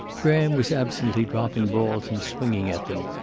graham was absently dropping balls and swinging at them.